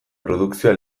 produkzioa